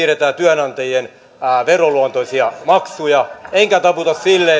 siirretään työnantajien veroluontoisia maksuja enkä taputa sille